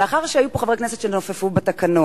מאחר שהיו כאן חברי כנסת שנופפו בתקנון,